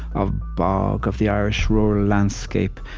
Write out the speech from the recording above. of bog, of the irish rural landscape.